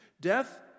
Death